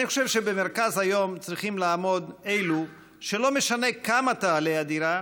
אני חושב שבמרכז היום צריכים לעמוד אלו שלא משנה כמה תעלה הדירה,